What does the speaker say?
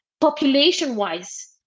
population-wise